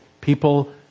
People